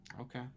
okay